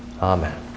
Amen